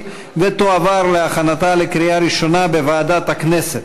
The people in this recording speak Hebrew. ותועבר להכנתה לקריאה ראשונה בוועדת הכנסת.